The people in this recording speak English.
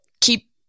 keep